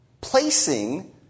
placing